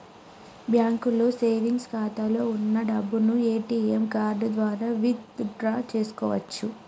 బ్యాంకులో సేవెంగ్స్ ఖాతాలో వున్న డబ్బును ఏటీఎం కార్డు ద్వారా విత్ డ్రా చేసుకోవచ్చు